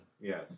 yes